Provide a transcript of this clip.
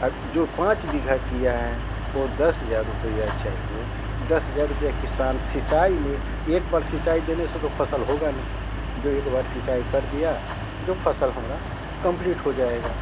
अब जो पाँच बीघा किया है वो दस हजार रुपया चाहिए दस हजार रुपया किसान सिंचाई में एक बार सिचाई देने से तो फसल होगा नहीं जो एक बार सिंचाई कर दिया जो फसल हमरा कंप्लीट हो जाएगा